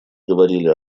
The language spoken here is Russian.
говорили